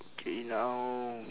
K now